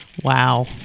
Wow